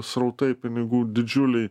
srautai pinigų didžiuliai